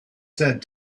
said